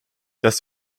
das